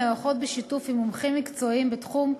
הנערכות בשיתוף עם מומחים מקצועיים בתחום,